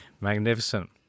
Magnificent